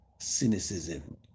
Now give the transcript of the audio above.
cynicism